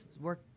work